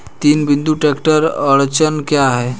तीन बिंदु ट्रैक्टर अड़चन क्या है?